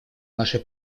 нашей